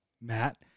Matt